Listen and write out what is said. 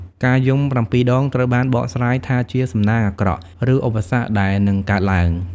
ការយំប្រាំពីរដង ត្រូវបានបកស្រាយថាជាសំណាងអាក្រក់ ឬឧបសគ្គដែលនឹងកើតឡើង។